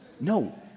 No